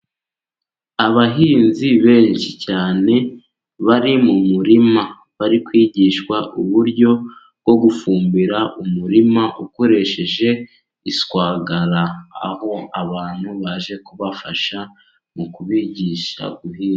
Abahinzi benshi cyane bari mu murima, bari kwigishwa uburyo bwo gufumbira umurima ukoresheje iswagara aho abantu baje kubafasha mu kubigisha guhinga.